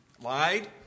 Lied